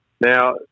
now